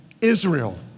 Israel